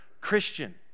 Christian